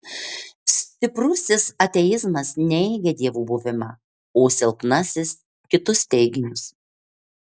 stiprusis ateizmas neigia dievų buvimą o silpnasis kitus teiginius